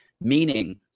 meaning